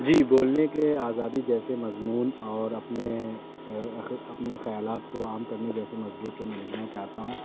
جی بولنے کے آزادی جیسے مضمون اور اپنے اپنے خیالات کو عام کرنے جیسے مضمون پہ میں لکھنا چاہتا ہوں